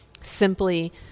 Simply